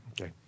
Okay